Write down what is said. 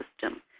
system